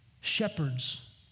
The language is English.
Shepherds